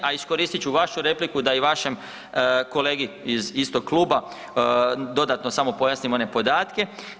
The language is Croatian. A iskoristit ću vašu repliku da i vašem kolegi iz istog kluba dodatno samo pojasnim one podatke.